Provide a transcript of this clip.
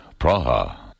Praha